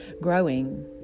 growing